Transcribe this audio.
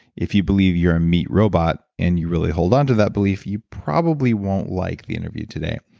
if you believe you're a meat robot and you really hold on to that belief you probably won't like the interview today.